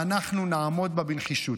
ואנחנו נעמוד בה בנחישות.